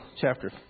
chapter